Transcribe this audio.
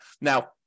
Now